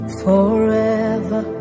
forever